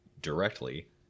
directly